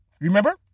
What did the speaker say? remember